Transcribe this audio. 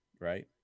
right